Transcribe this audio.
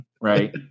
Right